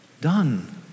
done